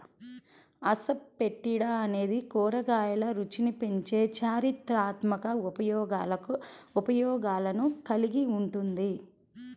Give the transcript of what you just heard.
asafoetida అనేది కూరగాయల రుచిని పెంచే చారిత్రాత్మక ఉపయోగాలను కలిగి ఉంటుంది